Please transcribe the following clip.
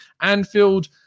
Anfield